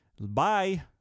Bye